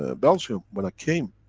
ah belgium when i came,